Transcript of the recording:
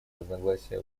разногласия